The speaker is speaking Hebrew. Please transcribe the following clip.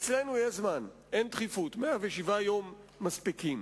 אצלנו יש זמן, אין דחיפות, 107 יום מספיקים.